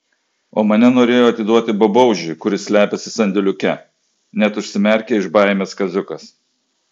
o mane norėjo atiduoti babaužiui kuris slepiasi sandėliuke net užsimerkė iš baimės kaziukas